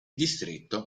distretto